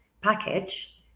package